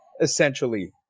essentially